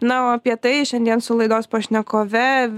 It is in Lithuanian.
na o apie tai šiandien su laidos pašnekove